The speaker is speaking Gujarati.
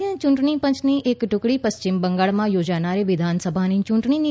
ભારતીય ચૂંટણી પંચની એક ટુકડી પશ્ચિમ બંગાળમાં યોજાનારી વિધાનસભાની યૂંટણીની